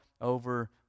over